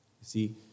see